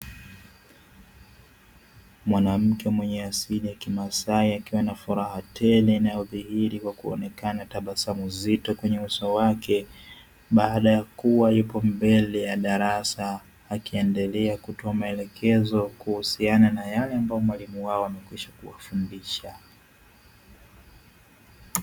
Mwanamke mwenye asili ya kimasai akiwa na furaha tele na inayodhihiri kwa kuonekana tabasamu tele kwenye uso wake, baada yakuwa yupo mbele ya darasa akiendelea kutoa maelekezo kuhusiana nayale ambayo mwalimu wao amewafundisha.